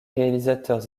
réalisateurs